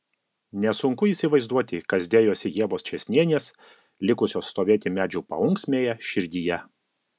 nesunku įsivaizduoti kas dėjosi ievos čėsnienės likusios stovėti medžių paunksmėje širdyje